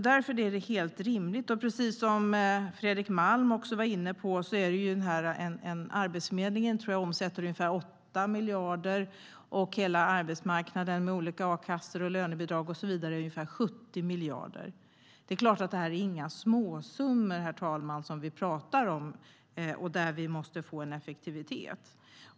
Därför är det helt rimligt, och precis som Fredrik Malm också var inne på omsätter Arbetsförmedlingen ungefär 8 miljarder. Hela arbetsmarknaden med olika a-kassor, lönebidrag och så vidare omsätter ungefär 70 miljarder. Det är inga småsummor vi pratar om, herr talman. Vi måste få en effektivitet.